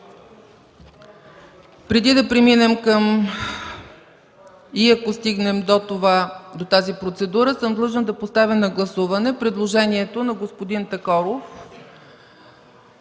Преди да преминем, и ако стигнем до тази процедура, съм длъжна да поставя на гласуване предложението на господин Такоров